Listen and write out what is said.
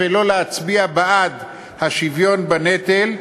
ולא להצביע בעד השוויון בנטל,